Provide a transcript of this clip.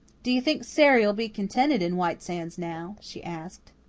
do you think sary'll be contented in white sands now? she asked.